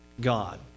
god